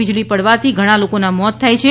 વીજળી પડવાથી ઘણા લોકોના મોત થાય છે